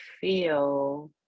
feel